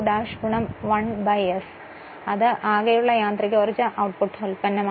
ബാക്കി വരുന്ന r2 ' 1 s മൊത്തത്തിലുള്ള യാന്ത്രികോർജ ഉൽപന്നമാണ്